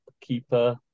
keeper